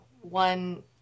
one